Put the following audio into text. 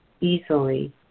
easily